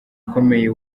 ukomeye